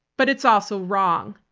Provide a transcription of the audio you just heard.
but it's also wrong.